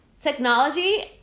technology